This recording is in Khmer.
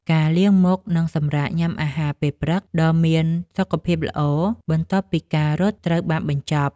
ការលាងមុខ និងសម្រាកញ៉ាំអាហារពេលព្រឹកដ៏មានសុខភាពល្អ បន្ទាប់ពីការរត់ត្រូវបានបញ្ចប់។